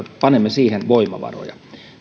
panemme siihen voimavaroja